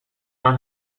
جان